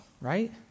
right